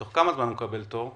תוך כמה זמן הוא מקבל תור ואיפה?